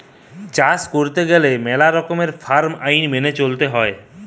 চাষ কইরতে গেলে মেলা রকমের ফার্ম আইন মেনে চলতে হৈ